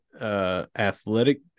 Athletic